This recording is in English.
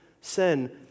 sin